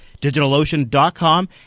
DigitalOcean.com